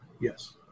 Yes